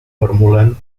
formulen